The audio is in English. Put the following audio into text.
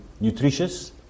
nutritious